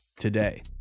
Today